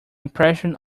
impression